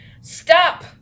Stop